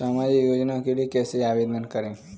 सामाजिक योजना के लिए कैसे आवेदन करें?